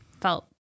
felt